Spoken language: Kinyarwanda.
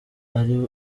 ari